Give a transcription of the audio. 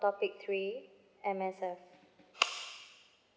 topic three M_S_F